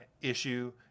issue